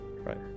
Right